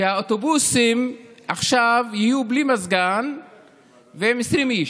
שהאוטובוסים עכשיו יהיו בלי מזגן ועם 20 איש.